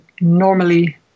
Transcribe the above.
normally